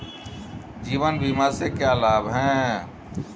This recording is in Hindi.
जीवन बीमा से क्या लाभ हैं?